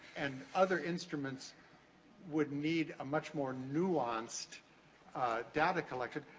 and other instruments would need a much more nuanced data collection.